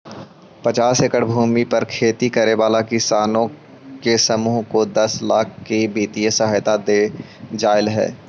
पचास एकड़ भूमि पर खेती करे वाला किसानों के समूह को दस लाख की वित्तीय सहायता दे जाईल हई